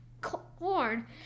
corn